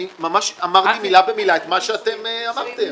אני ממש אמרתי מילה במילה את מה שאתם אמרתם.